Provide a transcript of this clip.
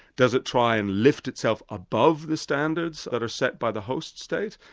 does it try and lift itself above the standards that are set by the host state,